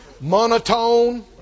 Monotone